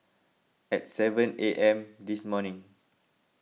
at seven A M this morning